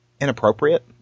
inappropriate